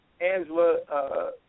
Angela